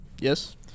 Yes